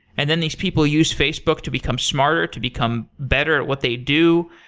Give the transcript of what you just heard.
and then these people use facebook to become smarter, to become better at what they do,